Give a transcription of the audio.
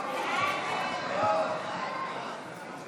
הכנסת (תיקון מס'